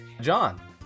John